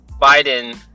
Biden